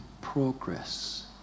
progress